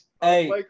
Hey